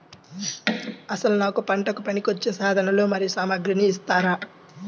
అసలు నాకు పంటకు పనికివచ్చే సాధనాలు మరియు సామగ్రిని ఇస్తారా?